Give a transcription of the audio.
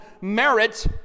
merit